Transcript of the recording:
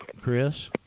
Chris